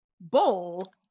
bowl